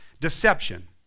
Deception